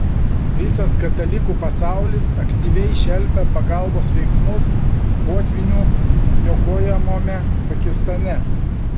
visas katalikų pasaulis aktyviai šelpia pagalbos veiksmus potvynių niokojamame pakistane